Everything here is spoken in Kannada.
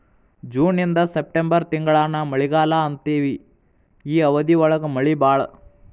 ಜೂನ ಇಂದ ಸೆಪ್ಟೆಂಬರ್ ತಿಂಗಳಾನ ಮಳಿಗಾಲಾ ಅಂತೆವಿ ಈ ಅವಧಿ ಒಳಗ ಮಳಿ ಬಾಳ